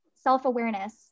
self-awareness